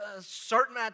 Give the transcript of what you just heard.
certain